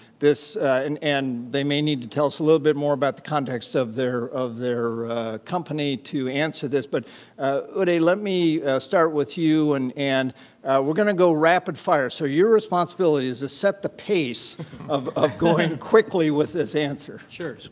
and and they may need to tell us a little bit more about the context of their of their company to answer this. but udai, let me start with you and and we're going to go rapid fire. so, your responsibility is to set the pace of of going quickly with this answer. sure.